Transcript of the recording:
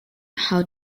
how